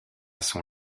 son